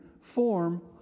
form